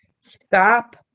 stop